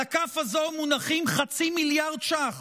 על הכף הזו מונחים חצי מיליארד ש"ח